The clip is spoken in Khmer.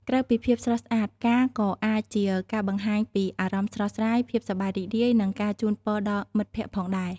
ក្រៅពីភាពស្រស់ស្អាត ផ្កាក៏អាចជាការបង្ហាញពីអារម្មណ៍ស្រស់ស្រាយ ភាពសប្បាយរីករាយ និងការជូនពរដល់មិត្តភក្តិផងដែរ។